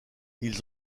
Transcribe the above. ils